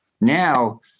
Now